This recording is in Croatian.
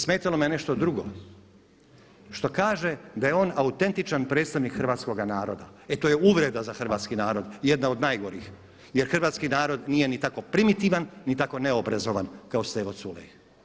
Zasmetalo me nešto drugo, što kaže da je on autentičan predstavnik hrvatskoga naroda, e to je uvreda za hrvatski narod, jedna od najgorih jer hrvatski narod nije ni tako primitivan ni tako neobrazovan kao Stevo Culej.